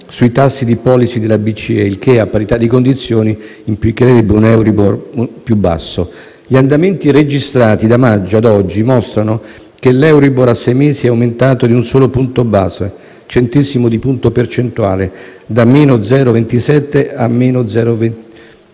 sui tassi di *policy* della BCE; il che, a parità di condizioni, implicherebbe un Euribor più basso. Gli andamenti registrati da maggio a oggi mostrano che l'Euribor a sei mesi è aumentato di un solo punto base (centesimo di punto percentuale), da -0,27 per cento